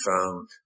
found